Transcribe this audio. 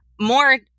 More